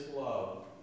love